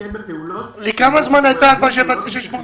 ולהתמקד בפעולות --- פעולות המשכיות והכרחיות.